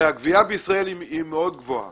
הרי הגבייה בישראל היא מאוד גבוהה